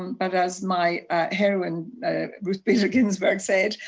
um but as my heroine ruth bader ginsburg says,